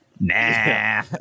nah